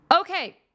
Okay